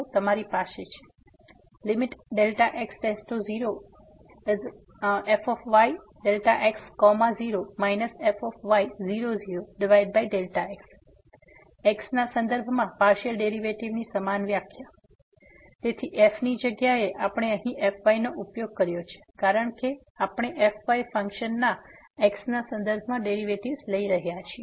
તેથી તમારી પાસે છે fyx0 fy00x X ના સંદર્ભમાં પાર્સીઅલ ડેરીવેટીવની સમાન વ્યાખ્યા તેથી f ની જગ્યાએ આપણે અહીં fy નો ઉપયોગ કર્યો છે કારણ કે આપણે fy ફંક્શનના x ના સંદર્ભમાં ડેરિવેટિવ લઈ રહ્યા છીએ